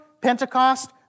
Pentecost